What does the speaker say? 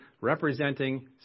representing